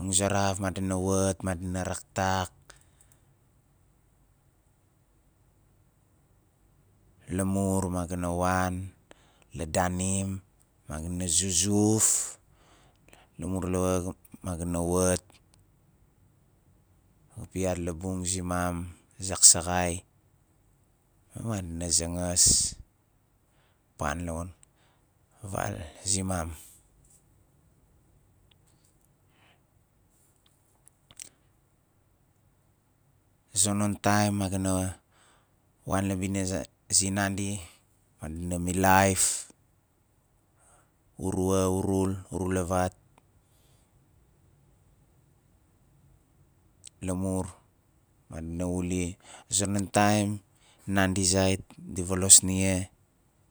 languzaraf madina wat madina raktak lamur ma ga na wan la daanim ma ga na zuzuf lamur lawa ma- ma ga na wat piat labung zimam zak zaxai ma madina zangas pan lamun val zimam a zonon taim ma ga na wan la bina ze- zinandi madina milaif urua, urul, urulavat lamur madina wuli a zonon taim nandi zait di volos nia